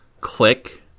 click